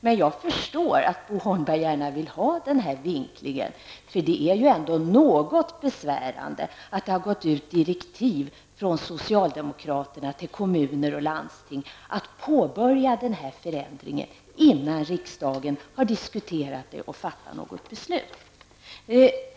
Men jag förstår att Bo Holmberg gärna vill göra den vinklingen -- det är ju ändå något besvärande att man från socialdemokraterna har gått ut med direktiv till kommuner och landsting att påbörja den här förändringen innan riksdagen har diskuterat ärendet och fattat beslut.